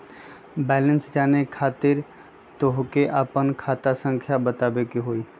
Balance जाने खातिर तोह के आपन खाता संख्या बतावे के होइ?